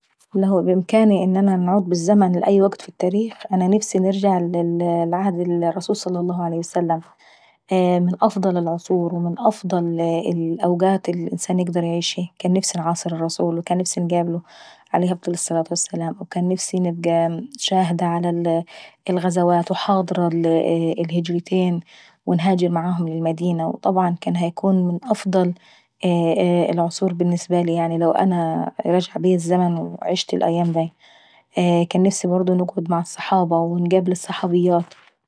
لو بإمكاني ان نعود بالزمن لاي وكت في التاريخ. فانا نفسي نعود لعهد الرسول- صلى الله عليه وسلم-، أفضل العصور وأفضل الأوكات اللي الانسان يقدر يعيشها. كان نفسي انعاصر الرسول وكان نفسي انقابله- عليه افضل الصلاة والسلام- وكان نفسي نبقى شاهدة على الغزوات، وحاضرة معاهم الهجرتين، وانهاجر معاهم للمدينة. طبعا كان هيكون افضل العصور بالنسبة لي لو انا رجع بيا الزمن وعشتى اايام داي. كان نفسي برضو نقعد مع الصحابة ونقابل الصحابيات.